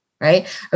right